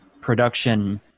production